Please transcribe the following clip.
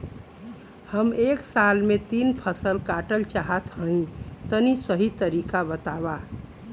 हम एक साल में तीन फसल काटल चाहत हइं तनि सही तरीका बतावा?